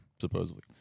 Supposedly